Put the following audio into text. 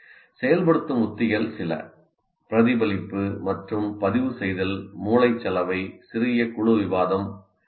செயல்படுத்தும் உத்திகள் சில பிரதிபலிப்பு மற்றும் பதிவு செய்தல் மூளைச்சலவை சிறிய குழு விவாதம் கே